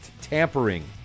tampering